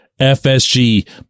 FSG